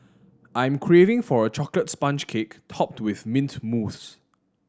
I am craving for a chocolate sponge cake topped with mint mousse